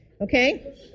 okay